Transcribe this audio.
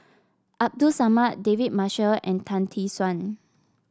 Abdul Samad David Marshall and Tan Tee Suan